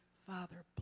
father